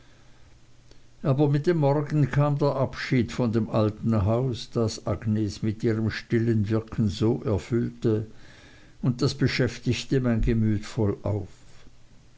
aber mit dem morgen kam der abschied von dem alten haus das agnes mit ihrem stillen wirken so erfüllte und das beschäftigte mein gemüt vollauf